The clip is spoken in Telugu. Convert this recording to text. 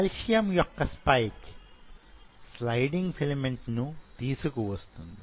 కాల్షియమ్ యొక్క స్పైక్ స్లయిడింగ్ ఫిలమెంట్ ను తీసుకొని వస్తుంది